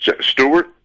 Stewart